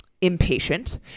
impatient